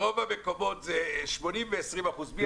ברוב המקומות זה 80 ו-20 אחוזים.